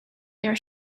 their